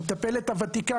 המטפלת הוותיקה,